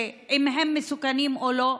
אם הם מסוכנים או לא.